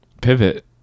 pivot